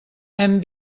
hem